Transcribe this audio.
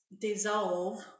dissolve